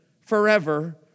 forever